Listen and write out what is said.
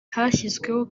hashyizweho